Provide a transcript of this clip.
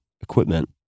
equipment